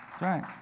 right